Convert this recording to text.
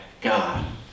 God